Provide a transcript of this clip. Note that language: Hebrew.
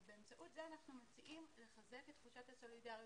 ובאמצעות זה אנחנו מציעים לחזק את תחושת הסולידריות,